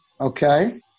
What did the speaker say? Okay